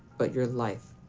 but your life.